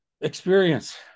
experience